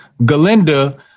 Galinda